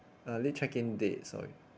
uh late check in date sorry